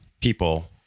people